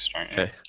Okay